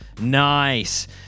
Nice